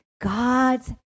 God's